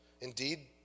Indeed